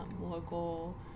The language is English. local